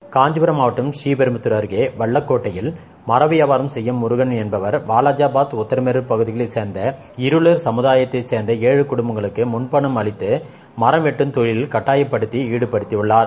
seconds Kanchipuram மாவட்டம் ஸ்ரீபெரும்புதார் அருகே வல்லக்கோட்டையில் மரம் வியாபாரம் செய்யும் முருகன் என்பவர் வாவாஜாபாத் உத்தரமேரர் பகுதிகளைச் சேர்ந்த இருளர் சமுதாயத்தைச் சேர்ந்த ஏழு குடும்பங்களுக்கு முன்பணம் அளித்து மரவெட்டும் தொழிலில் கட்டாயப்படுத்தி ஈடுபடுத்தியுள்ளார்